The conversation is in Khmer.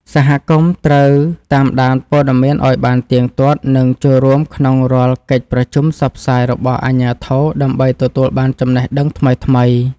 សហគមន៍ត្រូវតាមដានព័ត៌មានឱ្យបានទៀងទាត់ និងចូលរួមក្នុងរាល់កិច្ចប្រជុំផ្សព្វផ្សាយរបស់អាជ្ញាធរដើម្បីទទួលបានចំណេះដឹងថ្មីៗ។